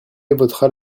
votera